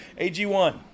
ag1